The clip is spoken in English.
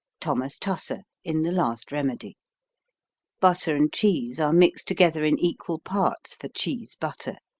thomas tusser in the last remedy butter and cheese are mixed together in equal parts for cheese butter.